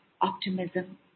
optimism